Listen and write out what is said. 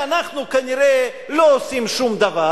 מכיוון שאנחנו כנראה לא עושים שום דבר,